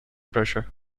pressure